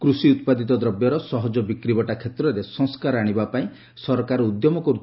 କୃଷି ଉତ୍ପାଦିତ ଦ୍ରବ୍ୟର ସହଜ ବିକ୍ରିବଟା କ୍ଷେତ୍ରରେ ସଂସ୍କାର ଆଶିବାପାଇଁ ସରକାର ଉଦ୍ୟମ କରୁଛନ୍ତି